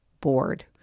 bored